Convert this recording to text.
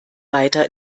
weiter